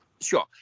Sure